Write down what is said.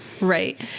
Right